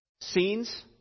Scenes